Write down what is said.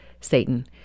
Satan